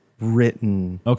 written